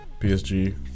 PSG